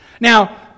Now